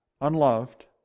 unloved